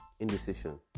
Indecision